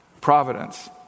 Providence